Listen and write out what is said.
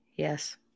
Yes